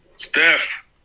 Steph